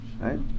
right